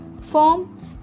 form